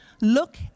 Look